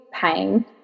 pain